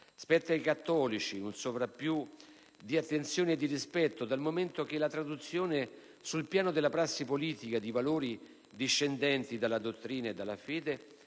Spetta ai cattolici un sovrappiù di attenzione e di rispetto, dal momento che la traduzione sul piano della prassi politica di valori discendenti dalla dottrina e dalla fede